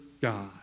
God